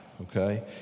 okay